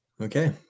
Okay